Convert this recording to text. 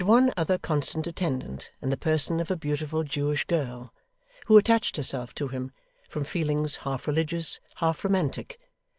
he had one other constant attendant, in the person of a beautiful jewish girl who attached herself to him from feelings half religious, half romantic,